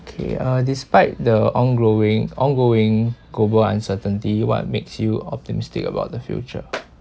okay uh despite the ongrowing ongoing global uncertainty what makes you optimistic about the future